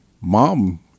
mom